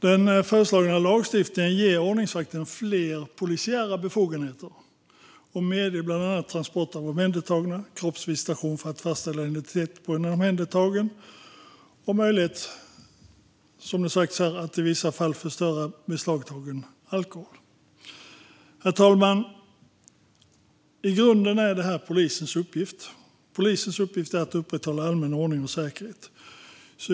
Den föreslagna lagstiftningen ger ordningsvakterna fler polisiära befogenheter och medger bland annat transport av omhändertagna, kroppsvisitation för att fastställa identitet på en omhändertagen och möjlighet att i vissa fall förstöra beslagtagen alkohol. Herr talman! I grunden är det polisens uppgift att upprätthålla allmän ordning och säkerhet.